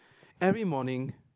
every morning